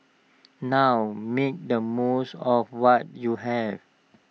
now make the most of what you have